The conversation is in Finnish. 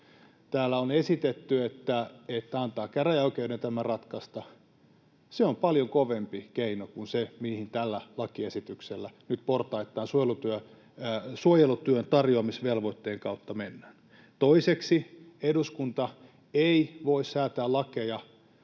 Täällä on esitetty, että antaa käräjäoikeuden tämä ratkaista — mutta se on paljon kovempi keino kuin se, mihin tällä lakiesityksellä nyt portaittain suojelutyön tarjoamisvelvoitteen kautta mennään. Toiseksi eduskunta ei voi säätää lakeja